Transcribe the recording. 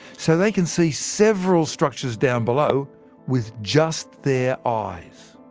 so they can see several structures down below with just their eyes!